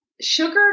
Sugar